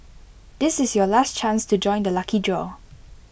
this is your last chance to join the lucky draw